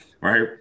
right